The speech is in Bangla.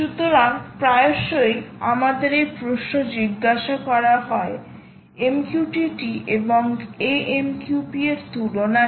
সুতরাং প্রায়শই আমাদের এই প্রশ্ন জিজ্ঞাসা করা হয় MQTT এবং AMQP এর তুলনা কি